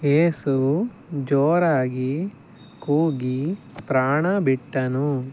ಯೇಸು ಜೋರಾಗಿ ಕೂಗಿ ಪ್ರಾಣಬಿಟ್ಟನು